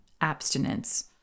abstinence